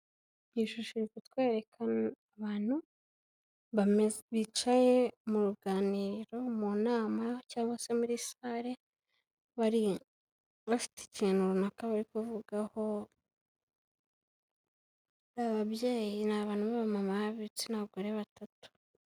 Iyi shusho iri kutwereka abantu bicaye mu ruganiro, mu nama cyangwa se muri sare, bafite ikintu runaka bari kuvugaho, ni ababyeyi, ni abantu b'abamama b'ibitsinagore batatu.